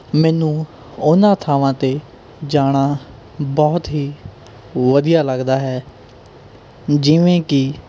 ਮੈਨੂੰ ਉਹਨਾਂ ਥਾਵਾਂ 'ਤੇ ਜਾਣਾ ਬਹੁਤ ਹੀ ਵਧੀਆ ਲੱਗਦਾ ਹੈ ਜਿਵੇਂ ਕਿ